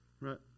right